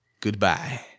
Goodbye